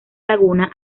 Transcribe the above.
laguna